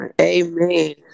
amen